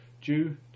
due